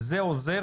זה עוזר?